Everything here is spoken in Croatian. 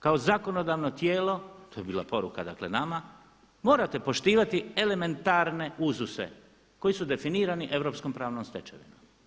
Kao zakonodavno tijelo, to je bila poruka nama, morate poštivati elementarne uzuse koji su definirani europskom pravnom stečevinom.